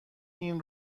این